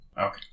Okay